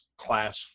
class